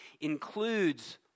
includes